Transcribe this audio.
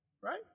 Right